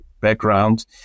background